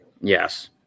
Yes